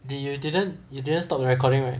did you didn't you didn't stop the recording right